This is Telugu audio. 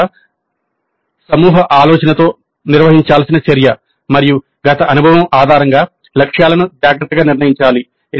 ఇది ఒక సమూహ ఆలోచనతో నిర్వహించాల్సిన చర్య మరియు గత అనుభవం ఆధారంగా లక్ష్యాలను జాగ్రత్తగా నిర్ణయించాలి